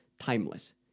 timeless